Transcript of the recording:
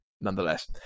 nonetheless